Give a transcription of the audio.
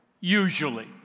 usually